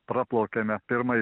praplaukėme pirmąjį